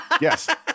Yes